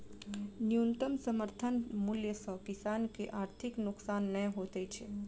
न्यूनतम समर्थन मूल्य सॅ किसान के आर्थिक नोकसान नै होइत छै